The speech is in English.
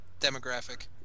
demographic